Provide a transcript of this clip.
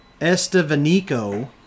Estevanico